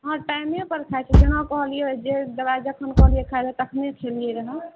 हँ टाइमेपर खाइ छिए जेना कहलिए जे दवाइ जखन कहलिए खाइलए तखने खेलिए रहै